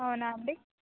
అవునా అండి